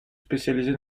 spécialisée